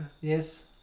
Yes